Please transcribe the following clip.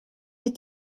est